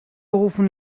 rufen